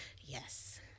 Yes